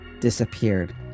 disappeared